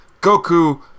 Goku